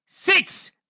Six